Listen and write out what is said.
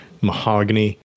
mahogany